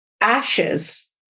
ashes